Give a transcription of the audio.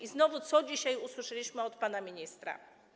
I znowu co dzisiaj usłyszeliśmy od pana ministra?